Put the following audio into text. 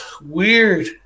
Weird